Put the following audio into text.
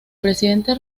presidente